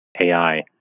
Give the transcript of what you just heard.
AI